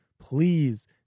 Please